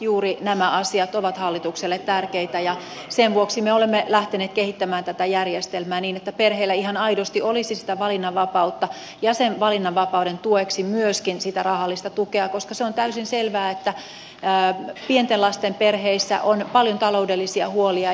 juuri nämä asiat ovat hallitukselle tärkeitä ja sen vuoksi me olemme lähteneet kehittämään tätä järjestelmää niin että perheillä ihan aidosti olisi sitä valinnanvapautta ja sen valinnanvapauden tueksi myöskin sitä rahallista tukea koska se on täysin selvää että pienten lasten perheissä on paljon taloudellisia huolia